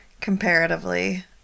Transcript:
comparatively